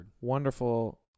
Wonderful